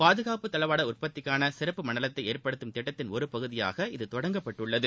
பாதுகாப்பு தளவாடஉற்பத்திக்கானசிறப்பு மண்டலத்தைஏற்படுத்தும் திட்டத்தின் ஒருபகுதியாக இது தொடங்கப்பட்டுள்ளது